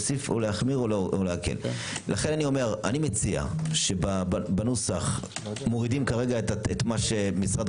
לכן אני מציע שבנוסח מורידים את מה שמשרד